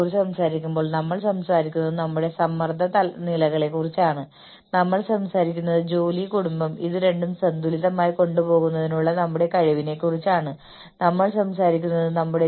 കുറച്ച് സമയത്തിന് ശേഷം നിങ്ങളുടെ മാനേജ്മെന്റ് ടീമിൽ ഉണ്ടായിരിക്കുമെന്ന് നിങ്ങൾ കരുതുന്നവർക്കായി നിങ്ങൾ ആസൂത്രണം ചെയ്യുന്നു മാനേജ്മെന്റ് ടീം എന്നത് ഓർഗനൈസേഷൻ നടത്തുന്ന ആളുകളാണ്